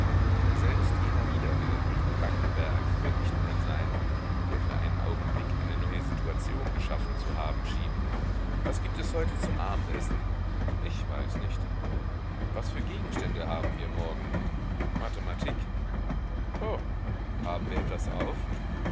selbst jener widerwille gegen beineberg wird nicht mehr sein der für einen augenblick eine neue situation geschaffen zu haben schien was gibt es heute zum abendessen ich weiß nicht was für gegenstände haben wir morgen mathematik oh haben wir etwas auf